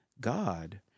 god